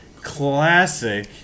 classic